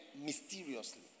mysteriously